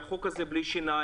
שהחוק הזה הוא בלי שיניים.